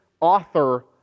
author